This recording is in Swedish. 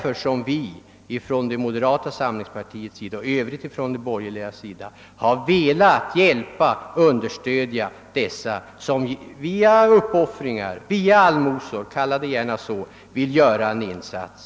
Det är därför vi från det moderata samlingspartiets sida och för övrigt från borgerligt håll genom avdragsrätt vill hjälpa dem som via uppoffringar — kalla gärna bidragen allmosor — gör en betydelsefull insats.